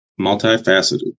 Multifaceted